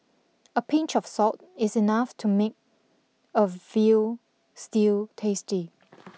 a pinch of salt is enough to make a veal stew tasty